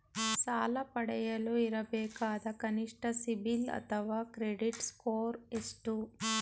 ಸಾಲ ಪಡೆಯಲು ಇರಬೇಕಾದ ಕನಿಷ್ಠ ಸಿಬಿಲ್ ಅಥವಾ ಕ್ರೆಡಿಟ್ ಸ್ಕೋರ್ ಎಷ್ಟು?